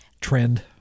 trend